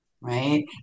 Right